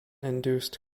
induced